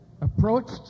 approached